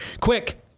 Quick